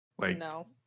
No